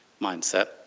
mindset